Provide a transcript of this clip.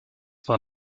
war